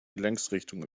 längsrichtung